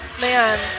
Man